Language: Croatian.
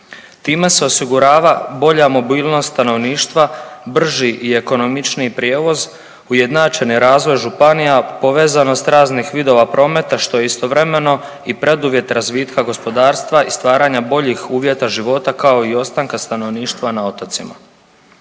Time se osigurava bolja mobilnost stanovništva, brži i ekonomičniji prijevoz, ujednačeni razvoj županija, povezanost raznih vidova prometa što je istovremeno i preduvjet razvitka gospodarstva i stvaranja boljih uvjeta života kao i ostanka stanovništva na otocima.